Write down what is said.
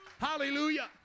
Hallelujah